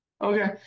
okay